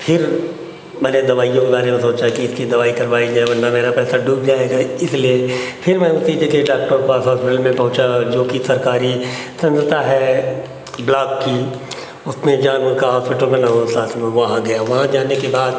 फिर मैंने दवाइयों के बारे में सोचा कि इसकी दवाई करवाई जाए वर्ना मेरा पैसा डूब जाएगा इसलिए फिर मैं उसी जगह डॉक्टर के पास हॉस्पिटल में पहुँचा जो कि सरकारी संस्था है ब्लॉक की उसमें जानवर का हॉस्पिटल बना हुआ था साथ में वहां गया वहां जाने के बाद